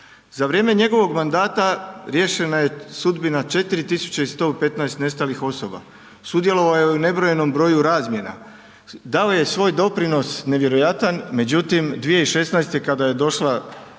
Za vrijeme njegovog mandata, riješena je sudbina 4115 nestalih osoba. Sudjelovao je u nebrojenom broju razmjena. Dao je svoj doprinos nevjerojatno međutim, 2016. kada je došla